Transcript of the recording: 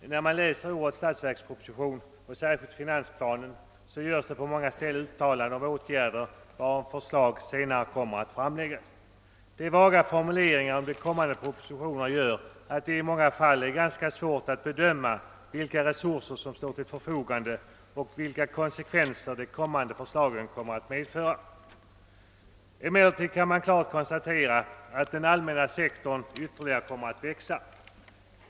Herr talman! I årets statsverksproposition och särskilt i finansplanen görs det på många ställen uttalanden om åt gärder, varom förslag senare kommer att framläggas. De vaga formuleringarna om de kommande propositionerna gör det ganska svårt att bedöma vilka resurser som står till förfogande och vilka konsekvenser de kommande förslagen kommer att medföra. Klart är emellertid att den allmänna sektorn kommer att växa ytterligare.